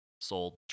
sold